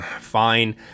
fine